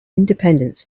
independence